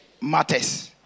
Matters